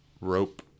rope